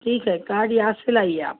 ٹھیک ہے کاڈ یاد سے لائیے آپ